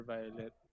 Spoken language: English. Violet